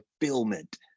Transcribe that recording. fulfillment